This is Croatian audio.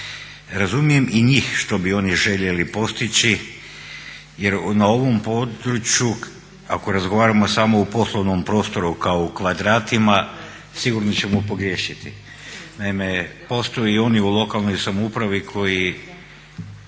Razumijem i njih što bi oni željeli postići jer na ovom području ako razgovaramo samo o poslovnom prostoru kao u kvadratima sigurno ćemo pogriješiti. Naime, postoje i oni u lokalnoj samoupravi koji